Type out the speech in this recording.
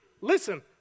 listen